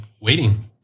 waiting